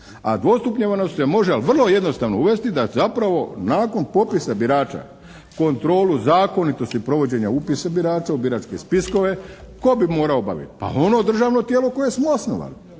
A dvostupnjevanost se može ali vrlo jednostavno uvesti da zapravo nakon popisa birača kontrolu zakonitosti provođenja upisa birača u biračke spiskove tko bi morao obaviti. A ono državno tijelo koje smo osnovali